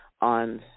on